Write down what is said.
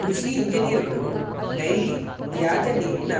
ಕೃಷಿ ಇಂಜಿನಿಯರ್ಗಳು ಡೈರಿ ತ್ಯಾಜ್ಯನೀರಿನ